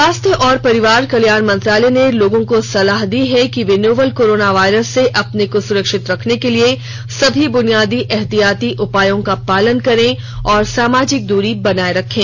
स्वास्थ्य और परिवार कल्याण मंत्रालय ने लोगों को सलाह दी है कि वे नोवल कोरोना वायरस से अपने को सुरक्षित रखने के लिए सभी बुनियादी एहतियाती उपायों का पालन करें और सामाजिक दूरी बनाए रखें